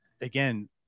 again